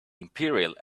imperial